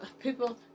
people